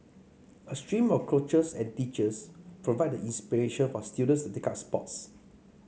a stream of coaches and teachers provide the inspiration for students to take up sports